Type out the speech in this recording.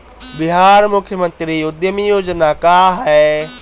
बिहार मुख्यमंत्री उद्यमी योजना का है?